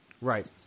Right